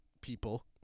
people